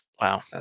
Wow